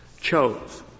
chose